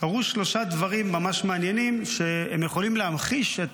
קרו שלושה דברים ממש מעניינים שיכולים להמחיש את